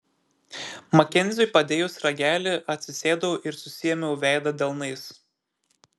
makenziui padėjus ragelį atsisėdau ir susiėmiau veidą delnais